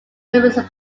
extremely